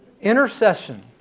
intercession